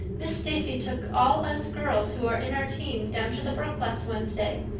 miss stacy took all us girls who are in our teens down to the brook last wednesday,